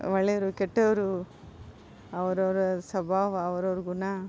ಒಳ್ಳೆಯವರು ಕೆಟ್ಟವರು ಅವರವ್ರ ಸ್ವಭಾವ ಅವ್ರವ್ರ ಗುಣ